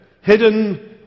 hidden